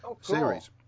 series